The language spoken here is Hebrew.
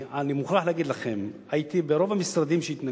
אני מוכרח להגיד לכם: הייתי ברוב המשרדים שהתנגדו,